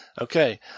Okay